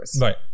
Right